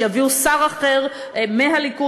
ויביאו שר אחר מהליכוד,